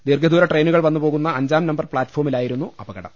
ദീർഘദൂര ട്രെയിനു കൾ വന്നുപോകുന്ന അഞ്ചാം നമ്പർ പ്ലാറ്റ് ഫോമിലായിരുന്നു അപ കടം